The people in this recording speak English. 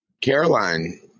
caroline